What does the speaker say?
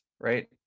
right